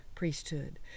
Priesthood